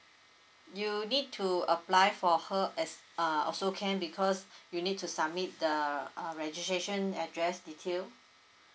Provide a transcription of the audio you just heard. you need to apply for her as err also can because you need to submit the err registration address detail